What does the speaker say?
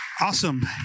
Awesome